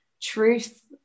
truth